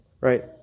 Right